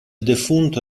defunto